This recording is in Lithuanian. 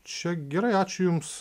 čia gerai ačiū jums